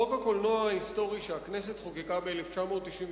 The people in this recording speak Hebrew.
חוק הקולנוע ההיסטורי שהכנסת חוקקה ב-1999